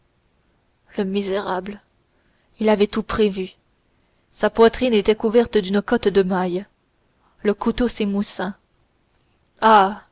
le misérable il avait tout prévu sa poitrine était couverte d'une cotte de mailles le couteau s'émoussa ah